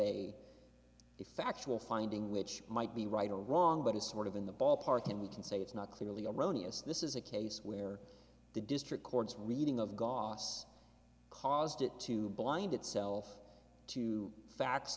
a factual finding which might be right or wrong but is sort of in the ballpark and we can say it's not clearly erroneous this is a case where the district courts reading of the gospel caused it to blind itself to fa